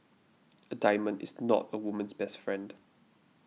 a diamond is not a woman's best friend